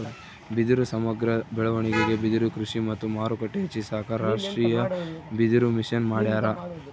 ಬಿದಿರು ಸಮಗ್ರ ಬೆಳವಣಿಗೆಗೆ ಬಿದಿರುಕೃಷಿ ಮತ್ತು ಮಾರುಕಟ್ಟೆ ಹೆಚ್ಚಿಸಾಕ ರಾಷ್ಟೀಯಬಿದಿರುಮಿಷನ್ ಮಾಡ್ಯಾರ